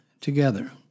together